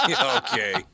Okay